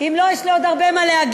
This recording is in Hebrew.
אם לא, יש לי עוד הרבה מה להגיד.